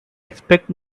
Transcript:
expect